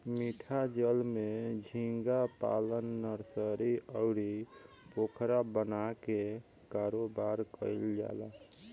मीठा जल में झींगा पालन नर्सरी, अउरी पोखरा बना के कारोबार कईल जाला